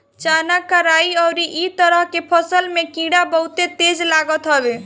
चना, कराई अउरी इ तरह के फसल में कीड़ा बहुते तेज लागत हवे